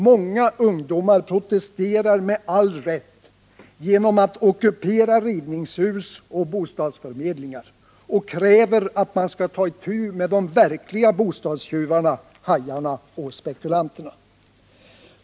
Många ungdomar protesterar med all rätt genom att ockupera rivningshus och bostadsförmedlingar och kräver att man skall ta itu med de verkliga bostadstjuvarna, hajarna och spekulanterna.